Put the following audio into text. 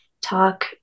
talk